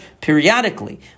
periodically